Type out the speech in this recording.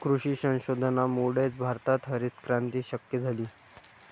कृषी संशोधनामुळेच भारतात हरितक्रांती शक्य झाली